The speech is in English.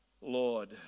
Lord